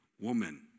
woman